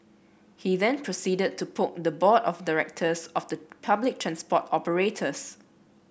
he then proceeded to poke the board of directors of the public transport operators